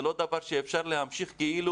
זה לא דבר שאפשר להמשיך כאילו